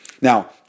now